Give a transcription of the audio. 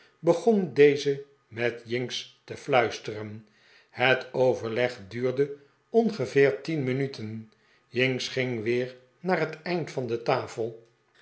begon deze met jinks te fluisteren het overleg duurde ongeveer tien minuten jinks ging weer naar het eind van de tafel